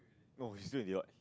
no she still in York